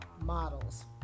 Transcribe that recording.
models